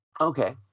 Okay